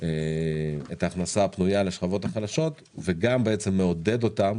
את ההכנסה הפנויה לשכבות החלשות וגם מעודד אותם